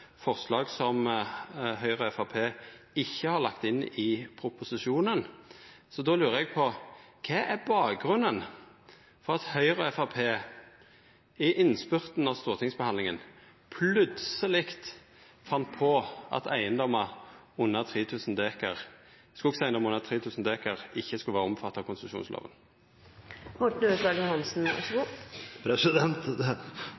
forslag som Høgre og Framstegspartiet ikkje har lagt inn i proposisjonen. Så då lurar eg på: Kva er bakgrunnen for at Høgre og Framstegspartiet i innspurten av stortingsbehandlinga plutseleg fann på at skogeigedomar under 3 000 dekar ikkje skulle vera omfatta av konsesjonslova? Det